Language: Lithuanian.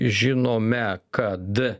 žinome kad